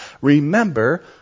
remember